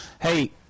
Hey